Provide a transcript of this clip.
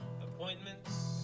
appointments